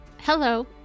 hello